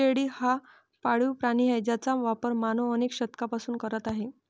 शेळी हा पाळीव प्राणी आहे ज्याचा वापर मानव अनेक शतकांपासून करत आहे